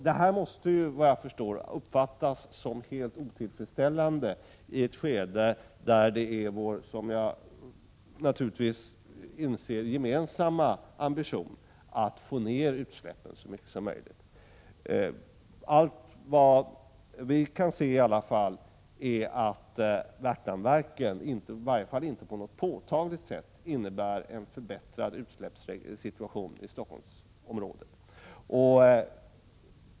Det här måste uppfattas som helt otillfredsställande, i ett skede där det är en gemensam ambition att få ner utsläppen så mycket som möjligt. Såvitt jag kan se innebär inte Värtaverket, i varje fall inte på något påtagligt sätt, en förbättrad situation vad gäller utsläppen i Stockholmsområdet.